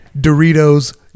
Doritos